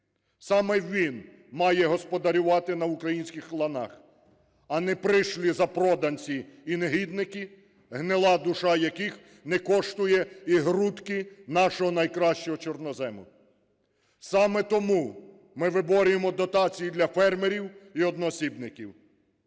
Саме він має господарювати на українських ланах, а не прийшлі запроданці і негідники, гнила душа яких не коштує і грудки нашого найкращого чорнозему. Саме тому ми виборюємо дотації для фермерів і одноосібників,